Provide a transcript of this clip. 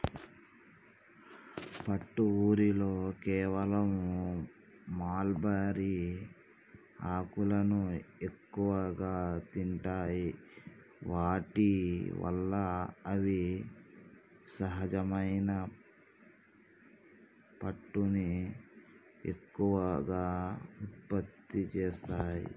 పట్టు ఊరిలో కేవలం మల్బరీ ఆకులను ఎక్కువగా తింటాయి వాటి వల్ల అవి సహజమైన పట్టుని ఎక్కువగా ఉత్పత్తి చేస్తాయి